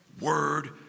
word